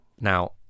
Now